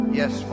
yes